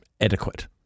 Adequate